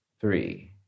three